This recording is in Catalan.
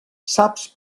saps